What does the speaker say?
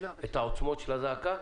את העוצמות של הזעקה,